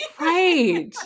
Right